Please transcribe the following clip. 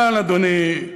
אבל, אדוני,